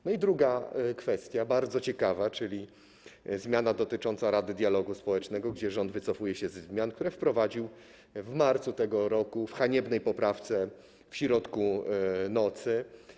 Jest też druga kwestia, bardzo ciekawa, czyli zmiana dotycząca Rady Dialogu Społecznego, gdzie rząd wycofuje się ze zmian, które wprowadził w marcu tego roku haniebną poprawką przyjmowaną w środku nocy.